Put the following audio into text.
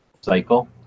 cycle